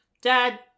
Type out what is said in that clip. Dad